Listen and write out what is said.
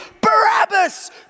Barabbas